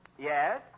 Yes